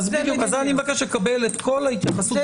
אני מבקש לקבל את ההתייחסות